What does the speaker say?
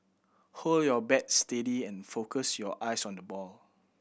hold your bat steady and focus your eyes on the ball